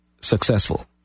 successful